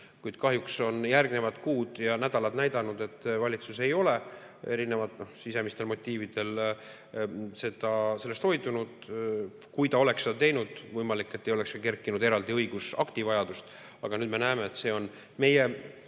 Kahjuks on järgnevad kuud ja nädalad näidanud, et valitsus ei ole, erinevatel sisemistel motiividel, sellest hoidunud. Kui ta oleks seda teinud, siis võimalik, et ei oleks kerkinud eraldi õigusakti vajadust. Aga nüüd on see meie